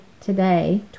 today